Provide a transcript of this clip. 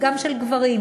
גם של גברים,